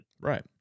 right